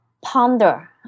ponder